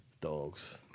dogs